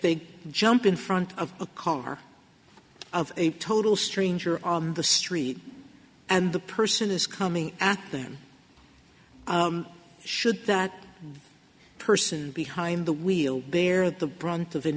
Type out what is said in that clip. they jump in front of a car of a total stranger on the street and the person is coming at them should that person behind the wheel bear the brunt of an